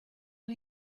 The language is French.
ont